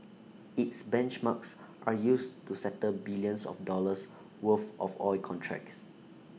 its benchmarks are used to settle billions of dollars worth of oil contracts